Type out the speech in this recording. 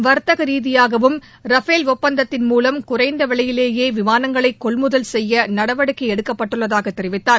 வர்த்தக ரீதியாகவும் ரபேல் ஒப்பந்தத்தின் மூலம் குறைந்த விவையிலேயே விமாளங்களை கொள்முதல் செய்ய நடவடிக்கை எடுக்கப்பட்டுள்ளதாக தெரிவித்தார்